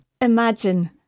imagine